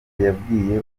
yabwiye